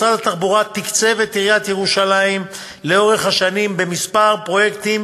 משרד התחבורה תקצב את עיריית ירושלים לאורך השנים בכמה פרויקטים